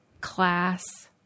class